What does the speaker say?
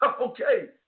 Okay